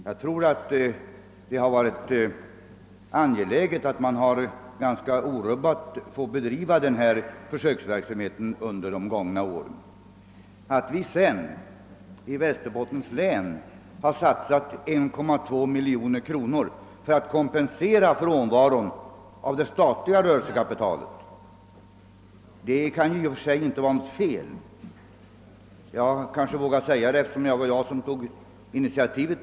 Jag tror emellertid det har varit angeläget att man under de gångna åren har fått bedriva försöksverksamheten ganska orubbat. Att vi i Västerbottens län har satsat 1,2 miljoner kronor för att kompensera frånvaron av statliga bidrag i vad avser rörelsekapital kan i och för sig inte vara något fel — jag vågar säga det, eftersom det var jag som tog initiativet.